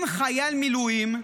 אם חייל מילואים,